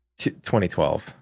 2012